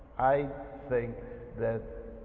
i think that